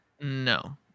No